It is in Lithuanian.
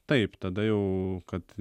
taip tada jau kad